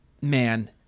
man